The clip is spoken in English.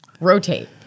rotate